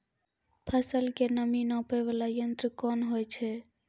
फसल के नमी नापैय वाला यंत्र कोन होय छै